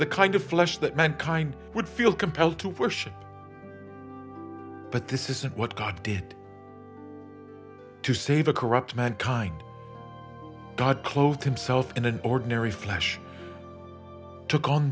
the kind of flesh that mankind would feel compelled to worship but this isn't what god did to save a corrupt mankind god clothed himself in an ordinary flesh took on